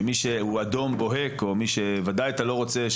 שמי שהוא אדום בוהק או מי שוודאי אתה לא רוצה,